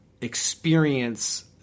experience –